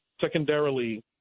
Secondarily